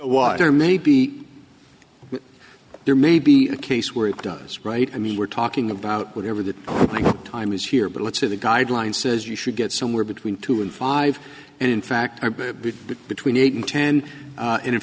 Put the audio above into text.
water may be there may be a case where it does right i mean we're talking about whatever the time is here but let's say the guideline says you should get somewhere between two and five and in fact between eight and ten